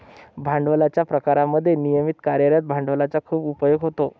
भांडवलाच्या प्रकारांमध्ये नियमित कार्यरत भांडवलाचा खूप उपयोग होतो